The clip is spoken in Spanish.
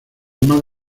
más